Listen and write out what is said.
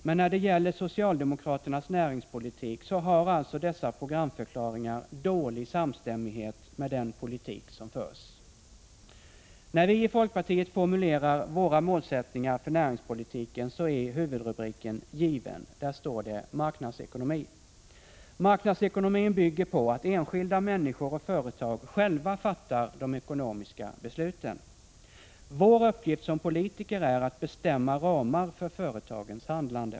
Men när det gäller socialdemokraternas näringspolitik har alltså dessa programförklaringar dålig samstämmighet med den politik som förs. När vi i folkpartiet formulerar våra målsättningar för näringspolitiken så är huvudrubriken given. Där står det: ”Marknadsekonomi”. Marknadsekonomin bygger på att enskilda människor och företag själva fattar de ekonomiska besluten. Vår uppgift som politiker är att bestämma ramar för företagens handlande.